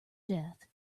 death